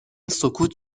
سکوت